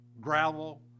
gravel